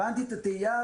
הבנתי את התהייה,